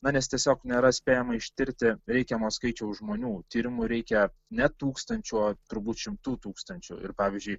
na nes tiesiog nėra spėjama ištirti reikiamo skaičiaus žmonių tyrimų reikia ne tūkstančio o turbūt šimtų tūkstančių ir pavyzdžiui